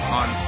on